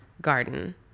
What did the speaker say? garden